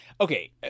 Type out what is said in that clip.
okay